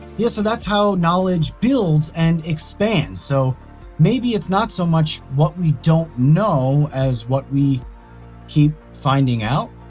yeah, so that's how knowledge builds and expands. so maybe it's not so much about what we don't know, as what we keep finding out.